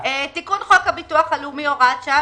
תיקון חוק הביטוח הלאומי (הוראת שעה).